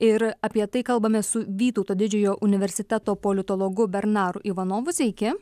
ir apie tai kalbamės su vytauto didžiojo universiteto politologu bernaru ivanovu sveiki